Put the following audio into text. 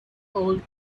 old